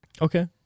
Okay